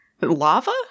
Lava